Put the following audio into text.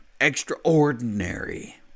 extraordinary